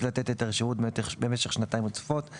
לתת את השירות במשך שנתיים רצופות;